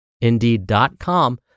indeed.com